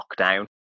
lockdown